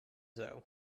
though